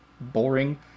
boring